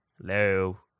Hello